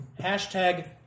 Hashtag